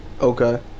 Okay